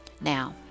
Now